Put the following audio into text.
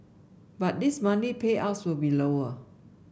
but his monthly payouts will be lower